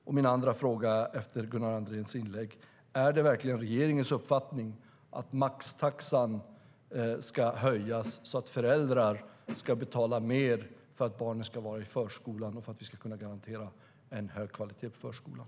Min andra fråga, efter Gunnar Andréns inlägg, är: Är det verkligen regeringens uppfattning att maxtaxan ska höjas så att föräldrar ska betala mer för att barnen ska vara i förskolan och för att vi ska kunna garantera en hög kvalitet i förskolan?